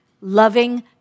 loving